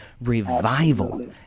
revival